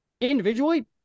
Individually